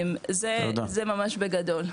זה ממש בגדול.